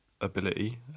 ability